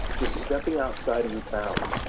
just stepping outside of your bounds,